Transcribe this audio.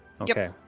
Okay